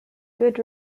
good